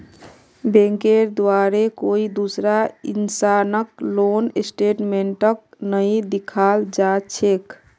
बैंकेर द्वारे कोई दूसरा इंसानक लोन स्टेटमेन्टक नइ दिखाल जा छेक